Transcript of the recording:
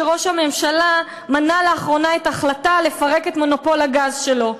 שראש הממשלה מנע לאחרונה את ההחלטה לפרק את מונופול הגז שלו,